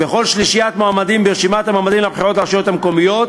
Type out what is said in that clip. בכל שלישיית מועמדים ברשימת המועמדים לרשימות המקומיות,